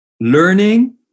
learning